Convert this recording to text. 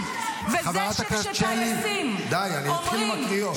חברת הכנסת שלי, די, אני אתחיל עם הקריאות.